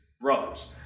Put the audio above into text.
brothers